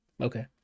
Okay